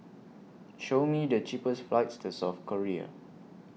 Show Me The cheapest flights to South Korea